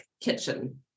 kitchen